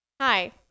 Hi